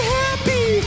happy